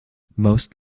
most